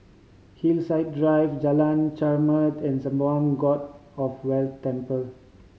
Hillside Drive Jalan Chermat and Sembawang God of Wealth Temple